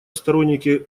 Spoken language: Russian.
сторонники